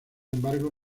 embargo